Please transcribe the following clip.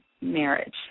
marriage